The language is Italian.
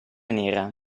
nera